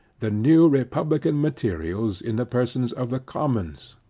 the new republican materials, in the persons of the commons,